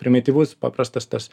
primityvus paprastas tas